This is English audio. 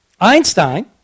Einstein